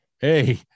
hey